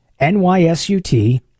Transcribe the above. NYSUT